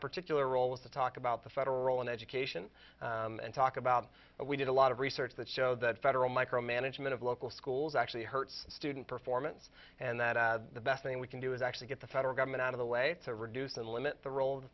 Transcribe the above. particular role is to talk about the federal role in education and talk about we did a lot of research that show that federal micromanagement of local schools actually hurts student performance and that the best thing we can do is actually get the federal government out of the way to reduce and limit the role of the